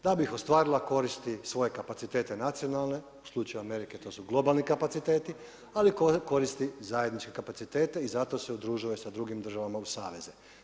Da bi ih ostvarila koristi svoje kapacitete nacionalne, u slučaju Amerike to su globalni kapaciteti, ali koristi zajedničke kapacitete i zato se udružuje sa drugim državama u saveze.